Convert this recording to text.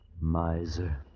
Miser